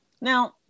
Now